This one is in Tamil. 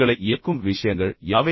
உங்களை உங்களை இயக்கும் விஷயங்கள் யாவை